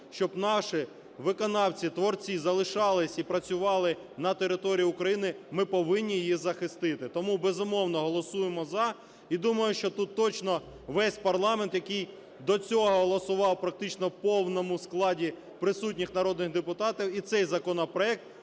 щоб наші виконавці, творці залишались і працювали на території України, ми повинні їх захистити. Тому, безумовно, голосуємо – за. І думаю, що тут точно весь парламент, який до цього голосував практично в повному складі присутніх народних депутатів, і цей законопроект